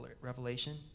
Revelation